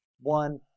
one